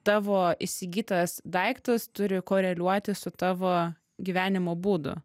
tavo įsigytas daiktas turi koreliuoti su tavo gyvenimo būdu